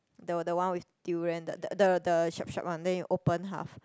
the the one with durian the the the the sharp sharp one then you open half